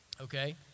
okay